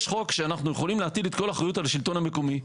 יש חוק שאנחנו יכולים להטיל את כל האחריות על השלטון המקומי.